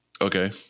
Okay